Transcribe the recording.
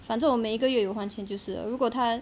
反正我每一个月有还钱就是如果他